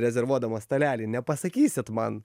rezervuodamas stalelį nepasakysit man